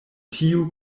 tiu